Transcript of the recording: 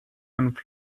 and